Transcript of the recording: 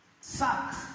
sucks